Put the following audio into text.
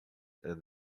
and